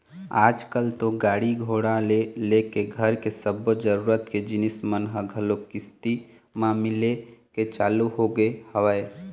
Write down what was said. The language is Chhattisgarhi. आजकल तो गाड़ी घोड़ा ले लेके घर के सब्बो जरुरत के जिनिस मन ह घलोक किस्ती म मिले के चालू होगे हवय